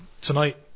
tonight